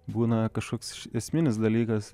būna kažkoks esminis dalykas